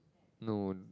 no